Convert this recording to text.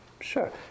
sure